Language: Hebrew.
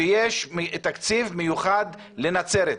שיש תקציב מיוחד לנצרת?